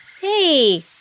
Hey